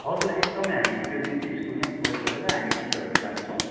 हजुर एकदमै हामी त्यो दिन चाहिँ स्कुल नै क्लोज गरेर हामी टिचरहरू जाँदैछौँ